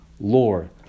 Lord